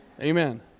Amen